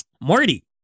Marty